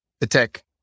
attack